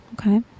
okay